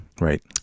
Right